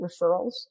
referrals